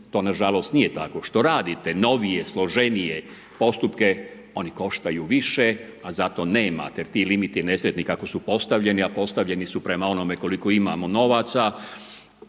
to na žalost nije tako, što radite novije, složenije postupke oni koštaju više, a za to nemate jer ti limiti nesretni kako su postavljeni, a postavljeni su prema onome koliko imamo novaca,